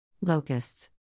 Locusts